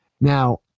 Now